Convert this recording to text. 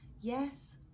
yes